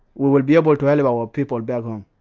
we will be able to help our people back home.